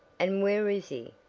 and where is he?